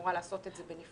שאמורה לעשות את זה בנפרד.